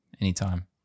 anytime